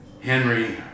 Henry